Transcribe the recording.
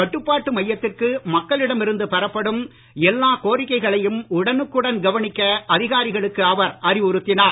கட்டுபாட்டு மையத்திற்கு மக்களிடம் இருந்து பெறப்படும் எல்லா கோரிக்கைகளையும் உடனுக்குடன் கவனிக்க அதிகாரிகளுக்கு அவர் அறிவுறுத்தினார்